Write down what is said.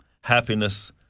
happiness